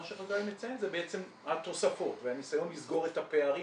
מה שחגי מציין זה בעצם התוספות והניסיון לסגור את הפערים